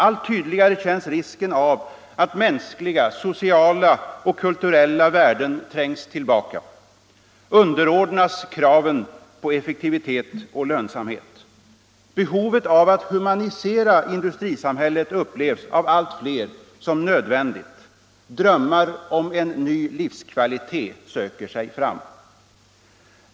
Allt tydligare känns risken av att mänskliga, sociala och kulturella värden trängs tillbaka, underordnas krav på effektivitet och lönsamhet. Behovet av att humanisera industrisamhället upplevs av allt fler som nödvändigt. Drömmar om en ny livskvalitet söker sig fram.